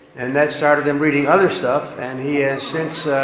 and that started him reading other stuff. and he has since